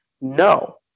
No